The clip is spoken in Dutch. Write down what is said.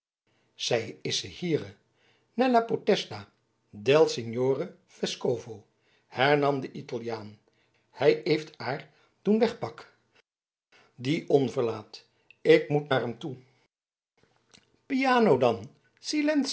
zij isse hiere nella potestà del signore vescovo hernam de italiaan hij eeft aar doen wegpak die onverlaat ik moet naar hem toe